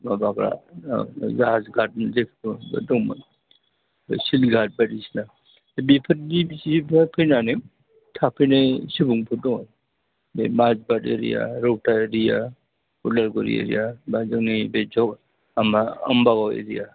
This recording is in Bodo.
माबाफ्रा जाहाज घातनि दंमोन बे सिलघात बायदिसिना बेफोरनि बेसिभाग फैनानै थाफैनाय सुबुंफोर दङ बे माइबारि एरिया रौथा एरिया उदालगुरि एरिया बा जोंनि बै आमबाब एरिया